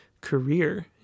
career